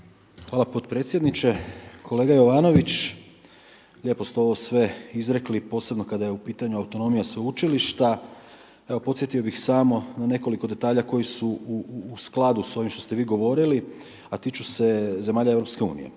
Hvala potpredsjedniče. Kolega Jovanović lijepo ste ovo sve izrekli, posebno kada je u pitanju autonomija sveučilišta. Evo podsjetio bih samo na nekoliko detalja koji su u skladu s onim što ste vi govorili, a tiču se zemalja EU.